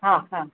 हा हा